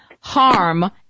Harm